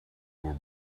were